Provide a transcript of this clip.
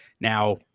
Now